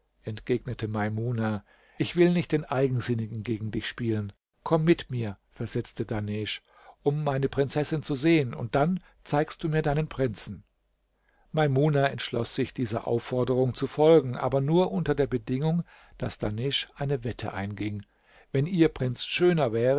entgegnete maimuna ich will nicht den eigensinnigen gegen dich spielen komm mit mir versetzte dahnesch um meine prinzessin zu sehen und dann zeigst du mir deinen prinzen maimuna entschloß sich dieser aufforderung zu folgen aber nur unter der bedingung daß dahnesch eine wette einging wenn ihr prinz schöner wäre